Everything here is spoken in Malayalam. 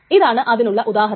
ഇതാണ് അതിനുള്ള ഉദാഹരണം